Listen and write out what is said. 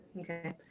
okay